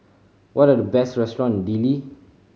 what are the best restaurant Dili